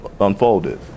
unfolded